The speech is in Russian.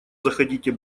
заходите